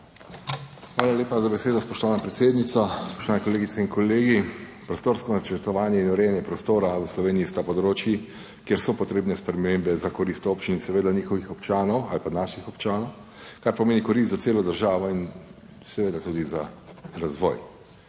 Hvala lepa za besedo, spoštovana predsednica. Spoštovani kolegice in kolegi! Prostorsko načrtovanje in urejanje prostora v Sloveniji sta področji, kjer so potrebne spremembe za korist občin in seveda njihovih občanov ali pa naših občanov, kar pomeni korist za celo državo in seveda tudi za razvoj.